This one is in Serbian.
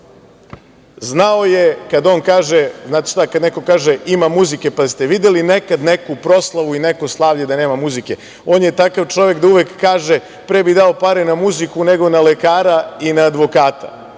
je, kada on kaže, znate kada neko kaže – ima muzike, pa jel ste videli nekad neku proslavu i neko slavlje da nema muzike, on je takav čovek da uvek kaže – pre bih dao pare na muziku, nego na lekara i na advokata.